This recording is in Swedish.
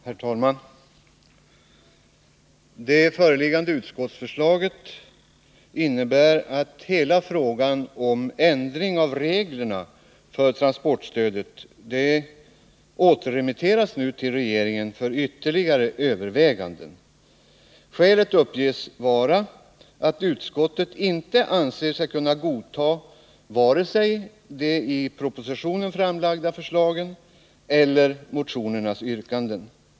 Herr talman! Det föreliggande utskottsförslaget innebär att hela frågan om ändring av reglerna för transportstödet återremitteras till regeringen för ytterligare överväganden. Skälet uppges vara att utskottet inte anser sig kunna godta vare sig de i propositionen framlagda förslagen eller motionernas yrkanden.